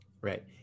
right